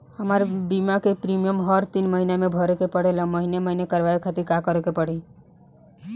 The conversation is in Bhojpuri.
हमार बीमा के प्रीमियम हर तीन महिना में भरे के पड़ेला महीने महीने करवाए खातिर का करे के पड़ी?